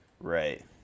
right